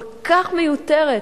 כל כך מיותרת,